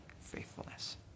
faithfulness